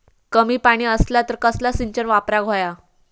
कमी पाणी असला तर कसला सिंचन वापराक होया?